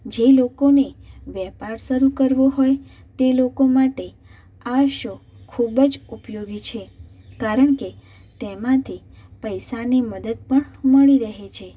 જે લોકોને વેપાર શરૂ કરવો હોય તે લોકો માટે આ શો ખૂબ જ ઉપયોગી છે કારણ કે તેમાંથી પૈસાની મદદ પણ મળી રહે છે